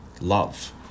love